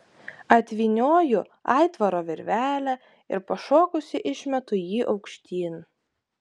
atvynioju aitvaro virvelę ir pašokusi išmetu jį aukštyn